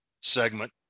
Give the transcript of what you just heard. segment